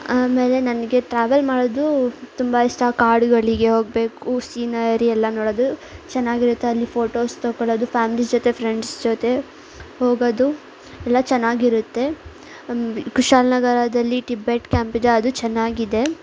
ಆಮೇಲೆ ನನಗೆ ಟ್ರ್ಯಾವೆಲ್ ಮಾಡೋದು ತುಂಬ ಇಷ್ಟ ಕಾಡುಗಳಿಗೆ ಹೋಗಬೇಕು ಸೀನರಿ ಎಲ್ಲ ನೋಡೋದು ಚೆನ್ನಾಗಿರುತ್ತೆ ಅಲ್ಲಿ ಫೋಟೋಸ್ ತೊಗೊಳ್ಳದು ಫ್ಯಾಮಿಲಿ ಜೊತೆ ಫ್ರೆಂಡ್ಸ್ ಜೊತೆ ಹೋಗೋದು ಎಲ್ಲ ಚೆನ್ನಾಗಿರುತ್ತೆ ಅಲ್ಲಿ ಕುಶಾಲ್ ನಗರದಲ್ಲಿ ಟಿಬೆಟ್ ಕ್ಯಾಂಪಿದೆ ಅದು ಚೆನ್ನಾಗಿದೆ